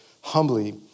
humbly